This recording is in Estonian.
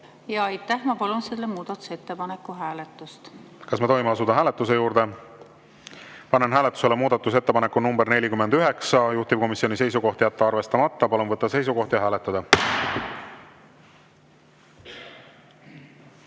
eesistuja! Ma palun selle muudatusettepaneku hääletamist. Kas võime asuda hääletuse juurde? Panen hääletusele muudatusettepaneku nr 50, juhtivkomisjoni seisukoht on jätta arvestamata. Palun võtta seisukoht ja hääletada!